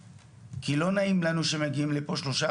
'כי לא נעים לנו שמגיעים לפה שלושה,